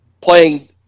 playing